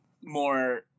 more